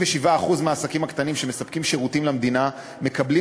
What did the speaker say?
67% מהעסקים הקטנים שמספקים שירותים למדינה מקבלים